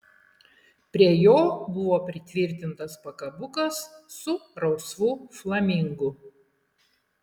prie jo buvo pritvirtintas pakabukas su rausvu flamingu